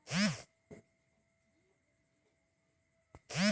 फेका छीपा आर क्रेन जाल अलग अलग खासियत वाला माछ मरवार जाल छिके